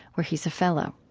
where he's a fellow